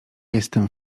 jestem